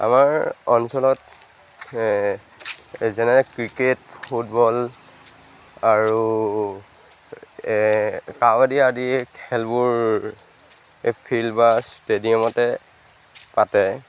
আমাৰ অঞ্চলত যেনে ক্ৰিকেট ফুটবল আৰু কাবাডী আদি এই খেলবোৰ এই ফিল্ড বা ষ্টেডিয়ামতে পাতে